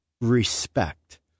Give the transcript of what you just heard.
respect